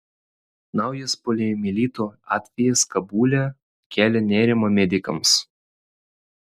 naujas poliomielito atvejis kabule kelia nerimą medikams